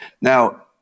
Now